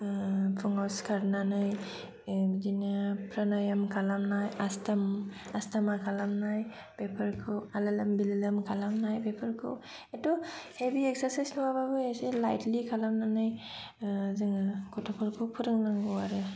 फुंआव सिखारनानै बिदिनो प्रनायम खालामनाय आसथम आसथोमा खालामनाय बेफोरखौ आलालोम बिलोलोम खालामनाय बेफोरखौ एथ' हेभि एकसारसाइस नङाबाबो एसे लाइतलि खालामनानै जोङो गथ'फोरखौ फोरोंनांगौ आरो